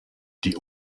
die